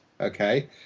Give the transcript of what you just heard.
okay